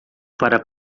para